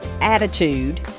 attitude